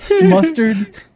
mustard